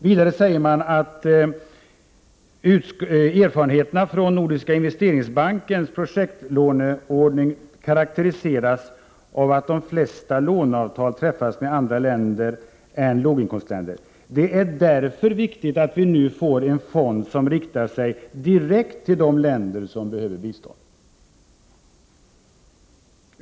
Vidare säger man att ”erfarenheterna från Nordiska investeringsbankens projektlåneordning karakteriseras av att de flesta låneavtal träffas med andra länder än låginkomstländer. Det är därför viktigt att vi nu får en fond som riktar sig direkt till de länder som behöver bistånd.